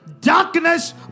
darkness